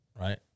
right